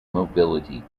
mobility